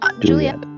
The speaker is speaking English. Julia